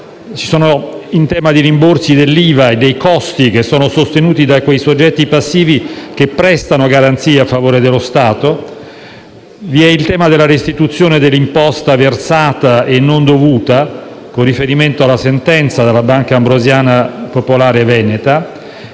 In tema di rimborsi dell'IVA vi sono costi che sono sostenuti da quei soggetti passivi che prestano garanzie a favore dello Stato e vi è il tema della restituzione dell'imposta versata e non dovuta, con riferimento alla sentenza del Banco ambrosiano veneto